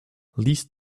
least